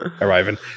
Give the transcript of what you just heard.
arriving